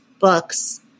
books